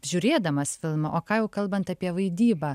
žiūrėdamas filmą o ką jau kalbant apie vaidybą